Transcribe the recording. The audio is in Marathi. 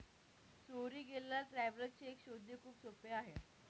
चोरी गेलेला ट्रॅव्हलर चेक शोधणे खूप सोपे आहे